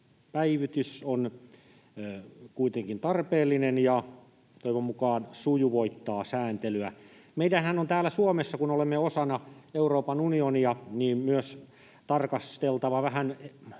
päivitys on kuitenkin tarpeellinen ja toivon mukaan sujuvoittaa sääntelyä. Meidänhän on täällä Suomessa, kun olemme osana Euroopan unionia, tarkasteltava myös